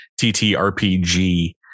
TTRPG